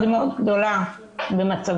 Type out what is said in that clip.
מאוד מאוד גדולה במצבי.